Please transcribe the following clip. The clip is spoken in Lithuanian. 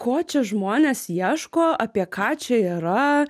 ko čia žmonės ieško apie ką čia yra